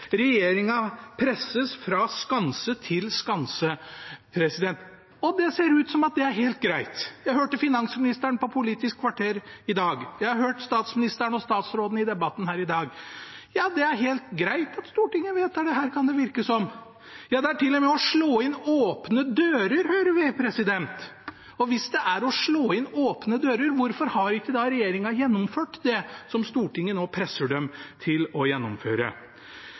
presses fra skanse til skanse, og det ser ut som at det er helt greit. Jeg hørte finansministeren i Politisk kvarter i dag. Jeg har hørt statsministeren og statsrådene i debatten her i dag – ja, det er helt greit at Stortinget vedtar dette, kan det virke som. Det er til og med å slå inn åpne dører, hører vi. Hvis det er å slå inn åpne dører, hvorfor har ikke da regjeringen gjennomført det som Stortinget nå presser dem til å gjennomføre?